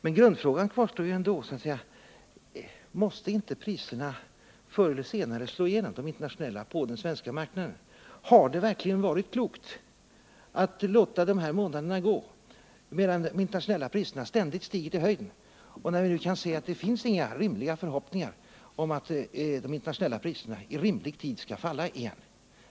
Men grundfrågan kvarstår ändå: Måste inte de internationella priserna förr eller senare slå igenom på den svenska marknaden? Har det verkligen varit klokt att låta de här månaderna gå, medan de internationella priserna ständigt stigit i höjden? Vi kan ju nu se att det inte finns några realistiska förhoppningar om att de i rimlig tid skall falla igen.